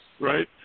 right